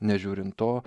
nežiūrint to